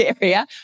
area